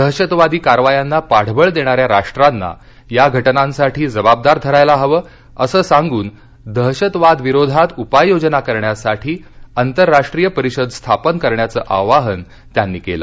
दहशतवादी कारवायांना पाठबळ देणाऱ्या राष्ट्रांना या घटनांसाठी जबाबदार धरायला हवं असं सांगून दहशतवादाविरोधात उपाययोजना करण्यासाठी आंतरराष्ट्रीय परिषद स्थापन करण्याचं आवाहन त्यांनी केलं